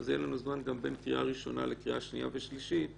אז יהיה לנו זמן גם בין קריאה ראשונה לקריאה שנייה ושלישית לתקן.